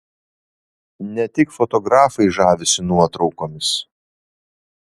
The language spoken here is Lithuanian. ne tik fotografai žavisi nuotraukomis